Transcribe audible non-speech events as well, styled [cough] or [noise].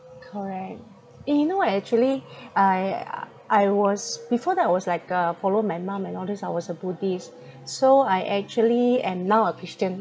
correct eh you know ah actually [breath] I uh I was before that I was like uh follow my mom and all this I was a buddhist so I actually am now a christian